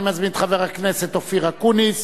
אני מזמין את חבר הכנסת אופיר אקוניס